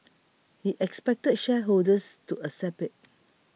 he expected shareholders to accept it